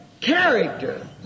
character